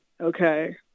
okay